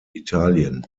italien